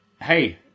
Hey